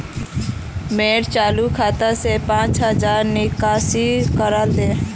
मोर चालु खाता से पांच हज़ारर निकासी करे दे